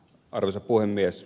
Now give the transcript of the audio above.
arvoisa puhemies